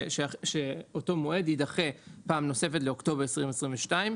שאותו מועד יידחה פעם נוספת לאוקטובר 2022,